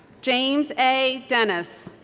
james a. denis